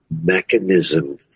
mechanism